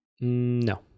No